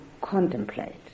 contemplate